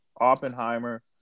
Oppenheimer